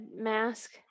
mask